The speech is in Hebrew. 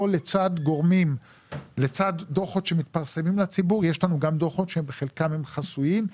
פה לצד דוחות שמתפרסמים לציבור יש לנו גם דוחות שהם בחלקם חסויים,